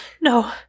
No